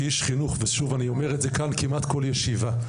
כאיש חינוך ואני אומר את זה כאן כמעט כל ישיבה,